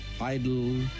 idle